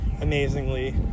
amazingly